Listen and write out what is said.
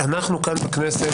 אנחנו כאן בכנסת,